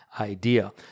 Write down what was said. idea